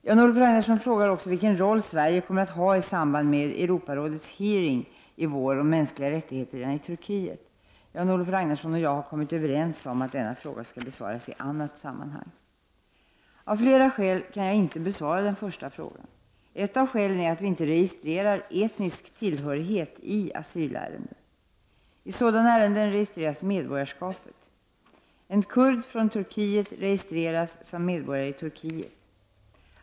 Jan-Olof Ragnarsson frågar också vilken roll Sverige kommer att ha i samband med Europarådets hearing i vår om de mänskliga rättigheterna i Turkiet. Jan-Olof Ragnarsson och jag har kommit överens om att denna fråga skall besvaras i annat sammanhang. Av flera skäl kan jag inte besvara den första frågan. Ett av skälen är att vi inte registrerar etnisk tillhörighet i asylärenden. I sådana ärenden registreras medborgarskapet. En kurd från Turkiet registreras som medborgare i Turkiet.